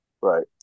Right